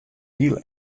hiel